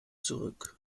zurück